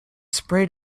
sprayed